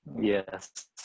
Yes